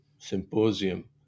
symposium